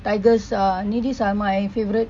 tigers ah these are my favourite